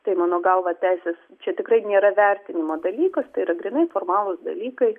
tai mano galva teisės čia tikrai nėra vertinimo dalykas tai yra grynai formalūs dalykai